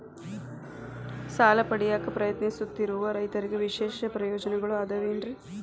ಸಾಲ ಪಡೆಯಾಕ್ ಪ್ರಯತ್ನಿಸುತ್ತಿರುವ ರೈತರಿಗೆ ವಿಶೇಷ ಪ್ರಯೋಜನಗಳು ಅದಾವೇನ್ರಿ?